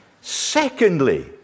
Secondly